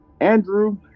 Andrew